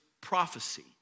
prophecy